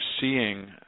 seeing